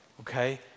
Okay